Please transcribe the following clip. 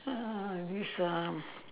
oh this um